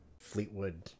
Fleetwood